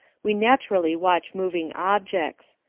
we naturally watch moving objects.